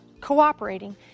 cooperating